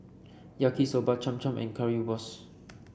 Yaki Soba Cham Cham and Currywurst